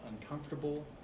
uncomfortable